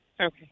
Okay